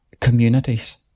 communities